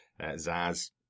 Zaz